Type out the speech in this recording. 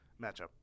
matchup